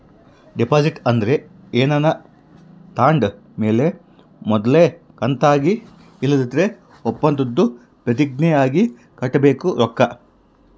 deposit ಅಂದ್ರ ಏನಾನ ತಾಂಡ್ ಮೇಲೆ ಮೊದಲ್ನೇ ಕಂತಾಗಿ ಇಲ್ಲಂದ್ರ ಒಪ್ಪಂದುದ್ ಪ್ರತಿಜ್ಞೆ ಆಗಿ ಕಟ್ಟಬೇಕಾದ ರೊಕ್ಕ